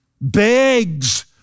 begs